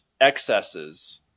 excesses